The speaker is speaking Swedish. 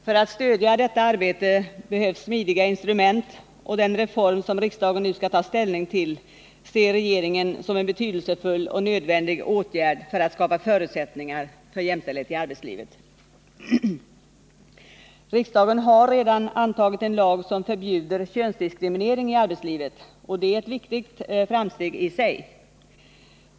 För att stödja detta arbete behövs smidiga instrument, och den reform som riksdagen nu skall ta ställning till ser regeringen som en betydelsefull och nödvändig åtgärd för att skapa förutsättningar för jämställdhet i arbetslivet. Riksdagen har redan antagit en lag som förbjuder könsdiskriminering i arbetslivet, och det är ett viktigt framsteg i sig.